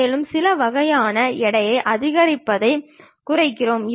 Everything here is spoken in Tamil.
அதனால்தான் அதில் நாம் முன் புறத்தோற்றத்தை பெறுகிறோம்